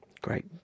great